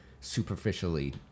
superficially